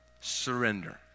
surrender